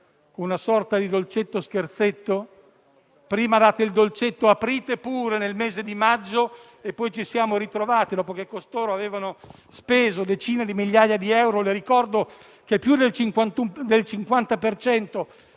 una sorta di «dolcetto o scherzetto», prima ha dato loro il dolcetto («aprite pure nel mese di maggio») e poi lo scherzetto, dopo che costoro avevano speso decine di migliaia di euro: le ricordo che più del 50